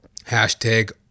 Hashtag